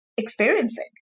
Experiencing